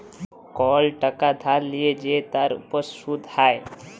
call টাকা ধার লিয়ে যে তার উপর শুধ হ্যয়